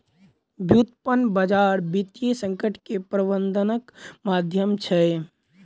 व्युत्पन्न बजार वित्तीय संकट के प्रबंधनक माध्यम छै